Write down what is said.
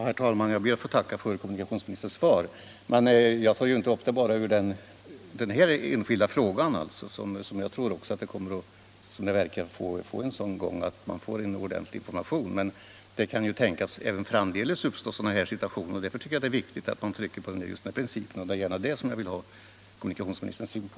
Herr talman! Jag ber att få tacka för kommunikationsministerns besked. Men jag tar ju inte bara upp den här enskilda frågan, där man enligt vad det verkar kommer att få en ordentlig information, utan jag tänker på att det även framdeles kan uppstå sådana här situationer. Därför tycker jag det är viktigt att man trycker på principen, och det är detta som jag gärna vill ha kommunikationsministerns syn på.